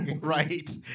Right